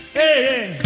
hey